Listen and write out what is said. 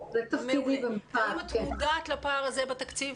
האם את מודעת לפער הזה בתקציב?